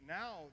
now